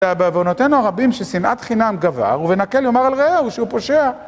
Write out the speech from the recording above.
ובעוונותנו הרבים ששנאת חינם גבר, ובנקל יאמר על רעהו שהוא פושע.